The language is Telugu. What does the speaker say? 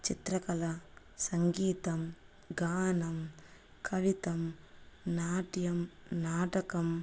చిత్రకళ సంగీతం గానం కవిత్వం నాట్యం నాటకం